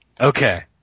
Okay